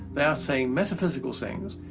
they are saying metaphysical things,